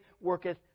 worketh